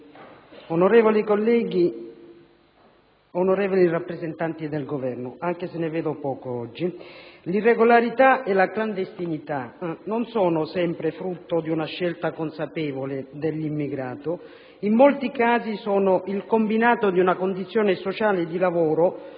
onorevoli colleghi, onorevoli rappresentanti del Governo (anche se ne vedo pochi oggi), l'irregolarità e la clandestinità non sono sempre frutto di una scelta consapevole dell'immigrato. In molti casi sono il combinato di una condizione sociale e di lavoro,